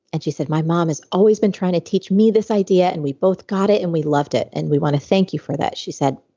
and she said, my mom has always been trying to teach me this idea and we both got it and we loved it and we want to thank you for that. she said,